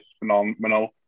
phenomenal